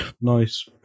nice